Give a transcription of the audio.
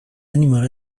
animal